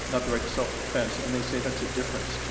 not the right to self-defense, and they say that's a difference.